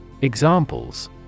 Examples